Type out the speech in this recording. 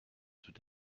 tout